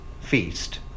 feast